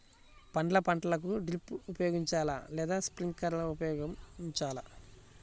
పండ్ల పంటలకు డ్రిప్ ఉపయోగించాలా లేదా స్ప్రింక్లర్ ఉపయోగించాలా?